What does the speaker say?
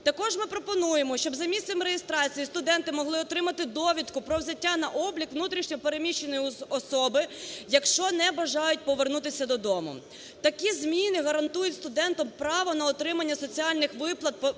Також ми пропонуємо, щоб за місцем реєстрації студенти могли отримати довідку про взяття на облік внутрішньо переміщеної особи, якщо не бажають повернутися до дому. Такі зміни гарантують студентам право на отримання соціальних виплат